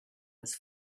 was